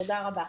תודה רבה.